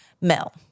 Mel